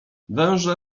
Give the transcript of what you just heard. węże